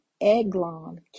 Eglon